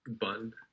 bun